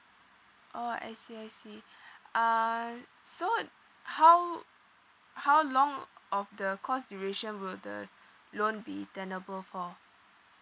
orh I see I see uh so how how long of the course duration will the loan be tenable for